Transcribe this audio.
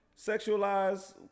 Sexualize